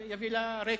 זה יביא לה רייטינג,